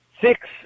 six